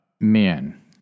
men